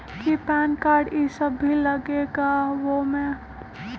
कि PAN card इ सब भी लगेगा वो में?